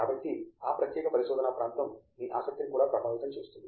కాబట్టి ఆ ప్రత్యేక పరిశోధన ప్రాంతం మీ ఆసక్తిని కూడా ప్రభావితం చేస్తుంది